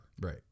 Right